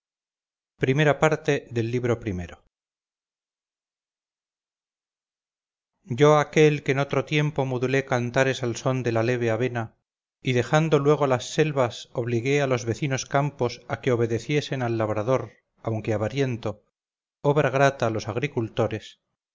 y aventuras yo aquel que en otro tiempo modulé cantares al son de la leve avena y dejando luego las selvas obligué a los vecinos campos a que obedeciesen al labrador aunque avariento obra grata a los agricultores